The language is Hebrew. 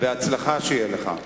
בהצלחה שיהיה לך.